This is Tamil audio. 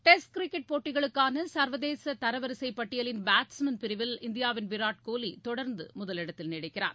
டெஸ்ட் கிரிக்கெட் போட்டிகளுக்கான சர்வதேச தரவரிசை பட்டியலின் பேட்ஸ்மேன் பிரிவில் இந்தியாவின் விராட் கோஹ்லி தொடர்ந்து முதலிடத்தில் நீடிக்கிறார்